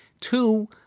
Two